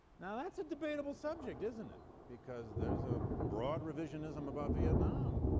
now, that's a debatable subject, isn't it? because there's a broad revisionism about vietnam.